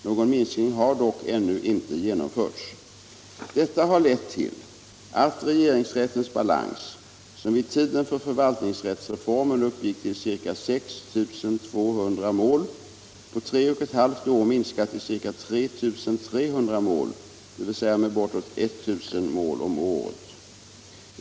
Någon minskning har dock ännu inte genomförts. Detta har lett till att regeringsrättens balans, som vid tiden för förvaltningsrättsreformen uppgick till ca 6 200 mål, på tre och ett halvt år minskat till ca 3 300 mål, dvs. med bortåt 1000 mål om året.